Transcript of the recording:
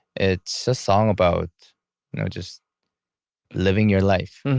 it's a song about, you know, just living your life.